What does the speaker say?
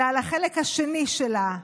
אלא על החלק השני שלה,